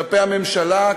כלפי הממשלה,